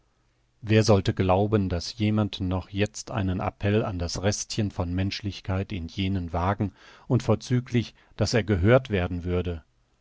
wer sollte glauben daß jemand noch jetzt einen appell an das restchen von menschlichkeit in jenen wagen und vorzüglich daß er gehört werden würde